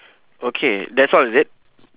okay that's all is it